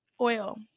oil